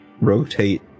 Rotate